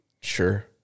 Sure